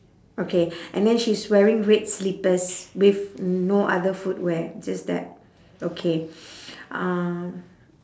okay and then she's wearing red slippers with no other footwear just that okay um